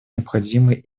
необходимые